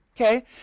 okay